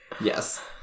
Yes